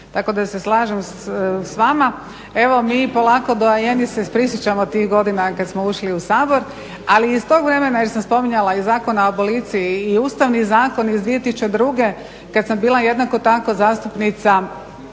tako da se slažem s vama. Evo mi polako doajeni se prisjećamo tih godina kad smo ušli u Sabor, ali iz tog vremena jer sam spominjala i Zakon o aboliciji i Ustavni zakon iz 2002. kad sam bila jednako tako zastupnica